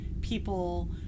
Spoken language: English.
people